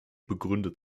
begründet